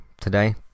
today